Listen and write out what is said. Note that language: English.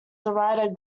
writer